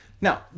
Now